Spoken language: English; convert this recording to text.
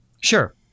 Sure